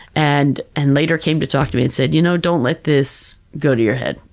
and and later came to talk to me and said, you know, don't let this go to your head,